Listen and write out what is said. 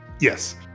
Yes